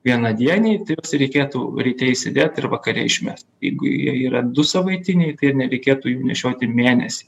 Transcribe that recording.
vienadieniai tai juos ir reikėtų ryte įsidėt ir vakare išmest jeigu jie yra du savaitiniai tai ir nereikėtų jų nešioti mėnesį